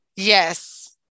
Yes